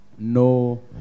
No